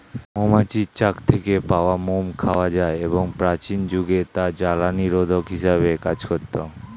মৌমাছির চাক থেকে পাওয়া মোম খাওয়া যায় এবং প্রাচীন যুগে তা জলনিরোধক হিসেবে কাজ করত